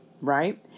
Right